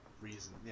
reason